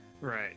Right